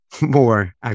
more